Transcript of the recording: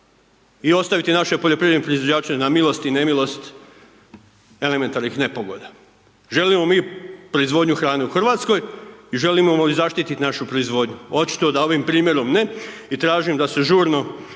i ostaviti naše poljoprivredne proizvođače na milost i nemilost elementarnih nepogoda. Želimo mi proizvodnju hrane u RH i želimo li zaštiti našu proizvodnju? Očito da ovim primjerom ne i tražim da se žurno